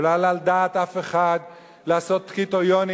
ולא עלה על דעת אף אחד לעשות קריטריונים